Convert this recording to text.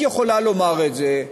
יכולת לומר את זה,